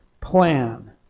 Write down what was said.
plan